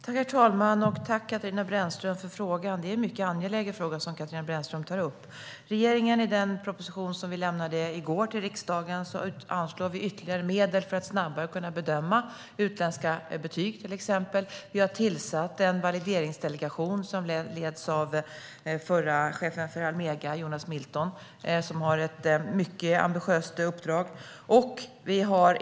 Herr talman! Tack, Katarina Brännström, för frågan! Det är en mycket angelägen fråga som Katarina Brännström tar upp. I den proposition regeringen lämnade i går till riksdagen anslår vi ytterligare medel för att snabbare kunna bedöma utländska betyg. Vi har tillsatt en valideringsdelegation som leds av den förra chefen för Almega, Jonas Milton. Han har ett mycket ambitiöst uppdrag.